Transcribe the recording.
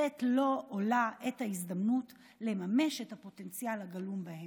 לתת לו או לה את ההזדמנות לממש את הפוטנציאל הגלום בהם.